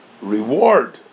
reward